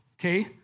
okay